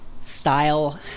style